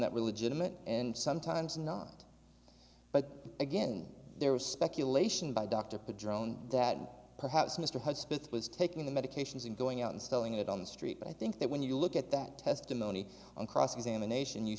that were legitimate and sometimes not but again there was speculation by dr put drone that perhaps mr hudspeth was taking the medications and going out and selling it on the street but i think that when you look at that testimony on cross examination you